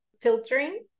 filtering